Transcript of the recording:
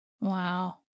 Wow